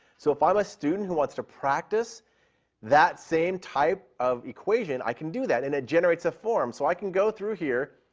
so if i'm a student who wants to practice that same type of equation, i can do that, and it generates a form. so i can go through here.